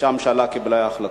כשהממשלה קיבלה החלטות?